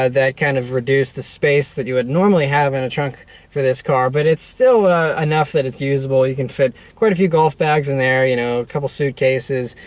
ah that kind of reduced the space that you would normally have in a trunk for this car, but it's still ah enough that it's usable. you can fit quite a few golf bags in there, you know, a couple suitcases,